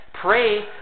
Pray